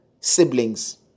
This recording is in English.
siblings